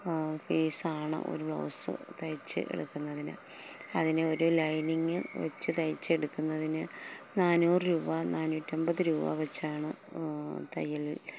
ഫീസാണ് ഒരു ബ്ലൗസ് തയ്ച്ചെടുക്കുന്നതിന് അതിന് ഒരു ലൈനിങ് വെച്ച് തയ്ച്ചെടുക്കുന്നതിന് നാനൂറ് രൂപ നാനൂറ്റിയമ്പത് രൂപ വെച്ചാണ് തയ്യലിന്